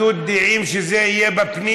אני רוצה להבין: יש אחדות דעים שזה יהיה בפנים?